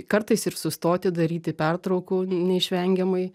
kartais ir sustoti daryti pertraukų neišvengiamai